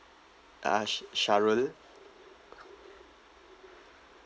uh sh~ shahrul